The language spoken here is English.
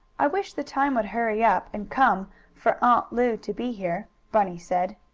i wish the time would hurry up and come for aunt lu to be here, bunny said.